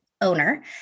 owner